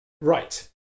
Right